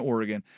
Oregon